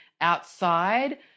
outside